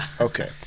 Okay